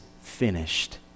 finished